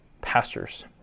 pastors